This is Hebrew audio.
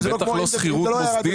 זה גם בטח לא שכירות מוסדית.